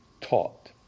Taught